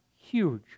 huge